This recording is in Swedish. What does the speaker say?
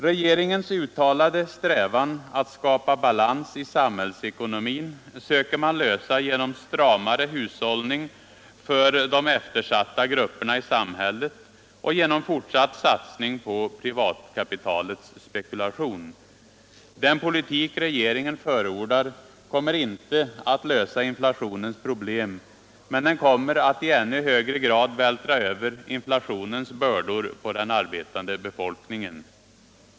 Regeringens uttalade mål att skapa balans i samhällsekonomin söker man nå genom stramare hushållning för de eftersatta grupperna i samhället och genom fortsatt satsning på privatkapitalets spekulation. Den politik regeringen förordar kommer inte att lösa inflationens problem, men den kommer att i ännu högre grad än hittills vältra över inflationens bördor på den arbetande befolkningen.